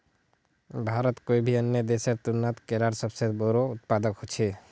भारत कोई भी अन्य देशेर तुलनात केलार सबसे बोड़ो उत्पादक छे